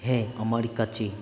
হ্যাঁ আমার কাছে